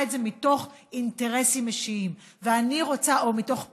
את זה מתוך אינטרסים אישיים או פוליטיים.